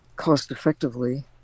cost-effectively